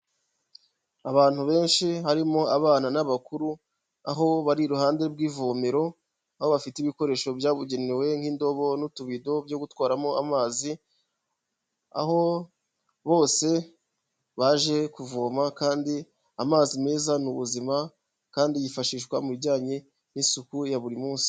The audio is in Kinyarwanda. Abantu benshi harimo abana n'abakuru aho bari iruhande rw'ivomero aho bafite ibikoresho byabugenewe nk'indobo n'utubido byo gutwaramo amazi aho bose baje kuvoma kandi amazi meza ni ubuzima kandi yifashishwa mu bijyanye n'isuku ya buri munsi.